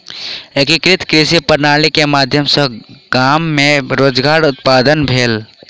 एकीकृत कृषि प्रणाली के माध्यम सॅ गाम मे रोजगार उत्पादन भेल